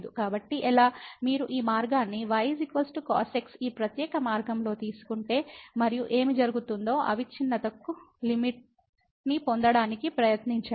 కాబట్టి ఎలా మీరు ఈ మార్గాన్ని y cos x ఈ ప్రత్యేక మార్గంలో తీసుకుంటే మరియు ఏమి జరుగుతుందో అవిచ్ఛిన్నతకు లిమిట్ ని పొందడానికి ప్రయత్నించండి